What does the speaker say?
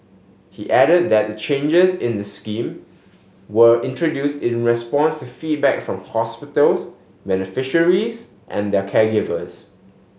he added that the changes in the scheme were introduce in response to feedback from hospitals beneficiaries and their caregivers